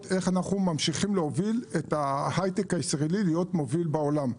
איך אנחנו ממשיכים להוביל את ההייטק הישראלי להיות מוביל בעולם.